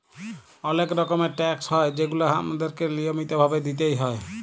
অলেক রকমের ট্যাকস হ্যয় যেগুলা আমাদেরকে লিয়মিত ভাবে দিতেই হ্যয়